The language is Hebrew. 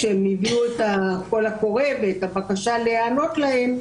עת הם הביאו את הקול הקורא ואת הבקשה להיענות להם,